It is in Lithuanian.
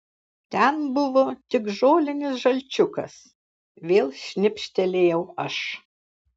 ten buvo tik žolinis žalčiukas vėl šnibžtelėjau aš